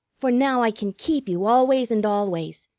for now i can keep you always and always,